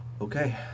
Okay